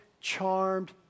charmed